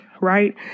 right